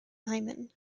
hyman